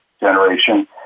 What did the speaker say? generation